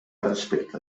respecte